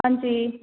ਹਾਂਜੀ